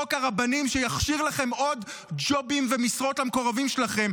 בחוק הרבנים שיכשיר לכם עוד ג'ובים ומשרות למקורבים שלכם,